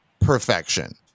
perfection